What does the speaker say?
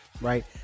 right